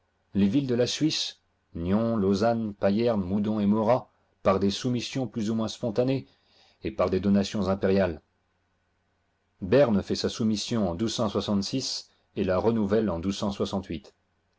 les villes de la suisse nyon lausanne payerne moudon et morat par des soumissions plus ou moins spontanées et par des donations impériales berne fait sa soumission en et la renouvelle en